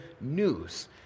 news